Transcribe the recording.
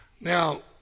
Now